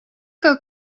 que